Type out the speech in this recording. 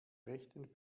rechten